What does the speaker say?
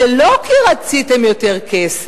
זה לא כי רציתם יותר כסף